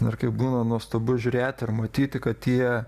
ir kaip būna nuostabu žiūrėti ir matyti kad tie